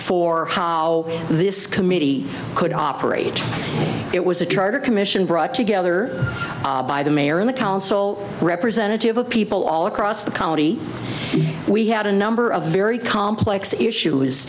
for how this committee could operate it was a charter commission brought together by the mayor and the council representative of people all across the county we had a number of very complex issue